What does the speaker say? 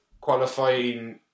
Qualifying